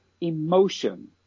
emotion